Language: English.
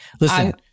Listen